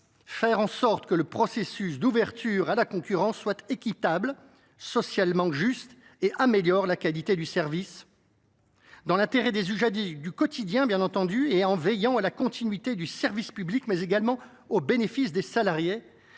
faire en sorte que le processus d’ouverture à la concurrence soit équitable, socialement juste et améliore la qualité du service, dans l’intérêt des usagers du quotidien, en veillant à la continuité du service public, mais aussi des salariés,